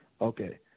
Okay